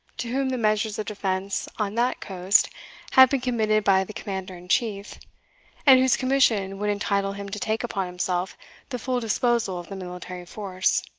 to whom the measures of defence on that coast had been committed by the commander-in-chief, and whose commission would entitle him to take upon himself the full disposal of the military force.